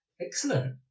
excellent